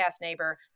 neighbor